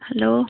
hello